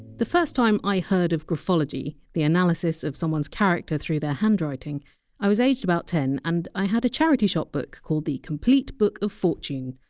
the first time i heard of graphology the analysis of someone! s character through their handwriting i was aged about ten, and i had a charity shop book called the complete book of fortune.